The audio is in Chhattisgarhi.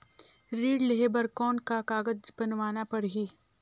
ऋण लेहे बर कौन का कागज बनवाना परही?